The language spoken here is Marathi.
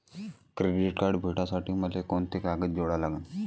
क्रेडिट कार्ड भेटासाठी मले कोंते कागद जोडा लागन?